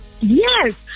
Yes